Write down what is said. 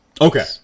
Okay